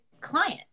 client